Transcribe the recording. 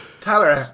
Tyler